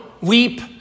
weep